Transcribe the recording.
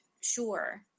sure